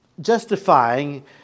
justifying